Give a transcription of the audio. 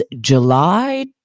July